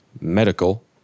Medical